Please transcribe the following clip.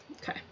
Okay